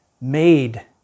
made